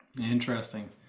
Interesting